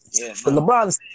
LeBron